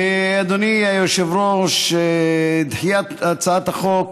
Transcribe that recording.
אדוני היושב-ראש, הצעת חוק